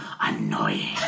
annoying